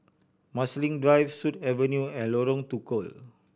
Marsiling Drive Sut Avenue and Lorong Tukol